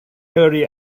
hurry